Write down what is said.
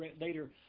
later